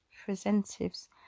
representatives